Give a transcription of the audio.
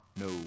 no